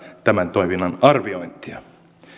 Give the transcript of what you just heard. tämän toiminnan arviointia